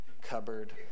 cupboard